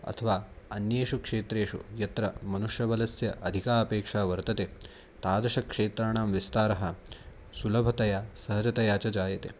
अथवा अन्येषु क्षेत्रेषु यत्र मनुष्यबलस्य अधिका अपेक्षा वर्तते तादृशक्षेत्राणां विस्तारः सुलभतया सहजतया च जायते